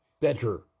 better